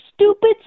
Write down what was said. stupid